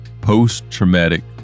post-traumatic